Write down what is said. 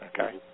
Okay